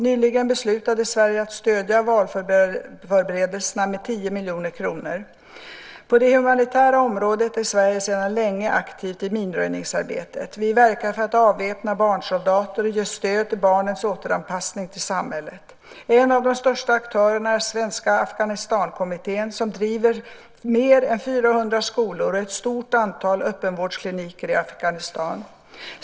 Nyligen beslutade Sverige att stödja valförberedelserna med 10 miljoner kronor. På det humanitära området är Sverige sedan länge aktivt i minröjningsarbetet. Vi verkar för att avväpna barnsoldater och ge stöd till barnens återanpassning till samhället. En av de största aktörerna är Svenska Afghanistankommittén som driver fler än 400 skolor och ett stort antal öppenvårdskliniker i Afghanistan.